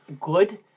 good